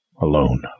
alone